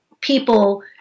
people